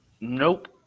Nope